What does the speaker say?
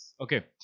Okay